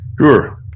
Sure